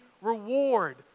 reward